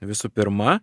visų pirma